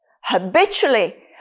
habitually